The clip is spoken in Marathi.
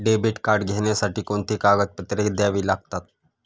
डेबिट कार्ड घेण्यासाठी कोणती कागदपत्रे द्यावी लागतात?